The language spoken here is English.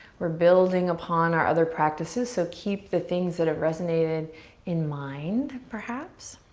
we're building upon our other practices so keep the things that have resonated in mind, perhaps.